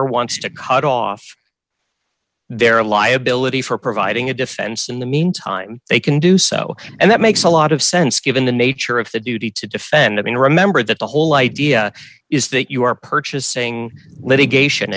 insurer wants to cut off their liability for providing a defense in the meantime they can do so and that makes a lot of sense given the nature of the duty to defend i mean remember that the whole idea is that you are purchasing litigation